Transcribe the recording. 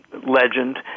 legend